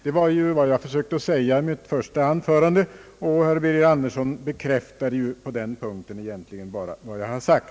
Det var ju vad jag försökte säga i mitt första anförande, och herr Birger Andersson bekräftade på den punkten egentligen bara vad jag har sagt.